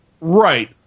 Right